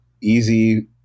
easy